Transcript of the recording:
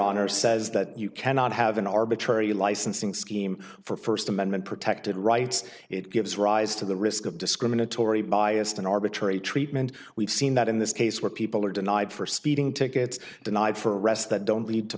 honor says that you cannot have an arbitrary licensing scheme for first amendment protected rights it gives rise to the risk of discriminatory biased in arbitrary treatment we've seen that in this case where people are denied for speeding tickets denied for arrests that don't lead to